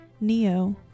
Neo